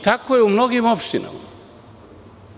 Tako je u mnogim opštinama.